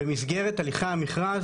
במסגרת הליכי המכרז